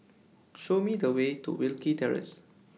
Show Me The Way to Wilkie Terrace